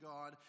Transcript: God